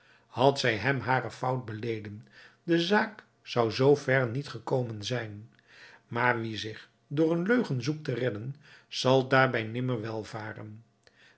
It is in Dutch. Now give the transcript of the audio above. had zij hem hare fout beleden de zaak zou zoo ver niet gekomen zijn maar wie zich door een leugen zoekt te redden zal daarbij nimmer